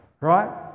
Right